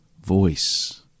voice